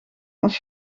als